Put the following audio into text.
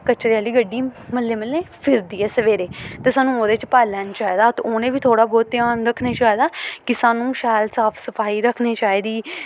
कचरे आह्ली गड्डी म्हल्ले म्हल्ले फिरदी ऐ सवेरे ते सानूं ओह्दे च पाई लैना चाहिदा ते उ'नें बी थोह्ड़ा बहुत ध्यान रक्खना चाहिदा कि सानूं शैल साफ सफाई रक्खनी चाहिदी